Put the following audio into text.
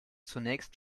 zunächst